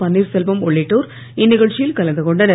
பன்னீர்செல்வம் உள்ளிட்டோர் இந்நிகழ்ச்சியில் கலந்துகொண்டனர்